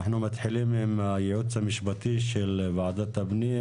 אנחנו מתחילים עם הייעוץ המשפטי של ועדת הפנים,